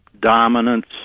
dominance